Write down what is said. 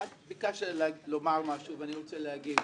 ביקשת לומר משהו ואני רוצה להגיב: